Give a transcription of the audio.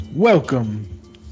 Welcome